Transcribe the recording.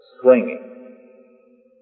swinging